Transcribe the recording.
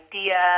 idea